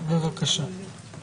שבשנתיים